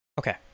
Okay